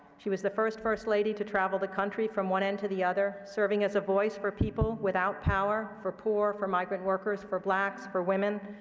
she was the first first lady to travel the country from one end to the other, serving as a voice for people without power, for poor, for migrant workers for blacks, for women,